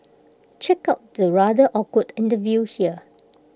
check out the rather awkward interview here